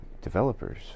developers